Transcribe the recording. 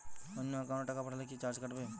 অন্য একাউন্টে টাকা পাঠালে কি চার্জ কাটবে?